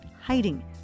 hiding